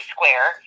Square